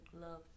love